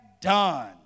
done